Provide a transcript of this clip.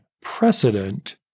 precedent